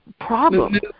problem